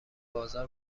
بازار